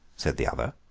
said the other,